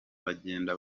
bagenda